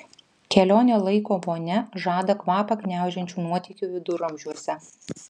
kelionė laiko vonia žada kvapą gniaužiančių nuotykių viduramžiuose